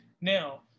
Now